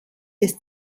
des